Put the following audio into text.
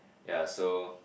ya so